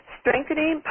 strengthening